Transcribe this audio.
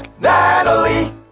Natalie